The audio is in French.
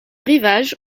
rivage